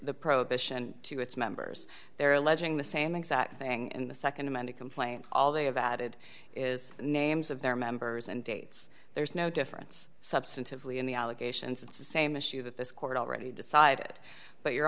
the prohibition to its members they're alleging the same exact thing and the nd amanda complaint all they have added is names of their members and dates there's no difference substantively in the allegations it's the same issue that this court already decided but your